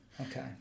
Okay